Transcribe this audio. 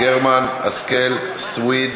גרמן, השכל, סויד,